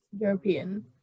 European